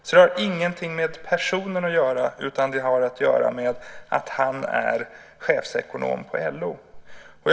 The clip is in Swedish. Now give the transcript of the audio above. Så det här har ingenting med personen att göra, utan det har att göra med att han är chefsekonom på LO.